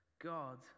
God